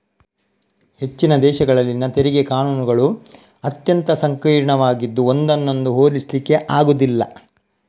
ಹೆಚ್ಚಿನ ದೇಶಗಳಲ್ಲಿನ ತೆರಿಗೆ ಕಾನೂನುಗಳು ಅತ್ಯಂತ ಸಂಕೀರ್ಣವಾಗಿದ್ದು ಒಂದನ್ನೊಂದು ಹೋಲಿಸ್ಲಿಕ್ಕೆ ಆಗುದಿಲ್ಲ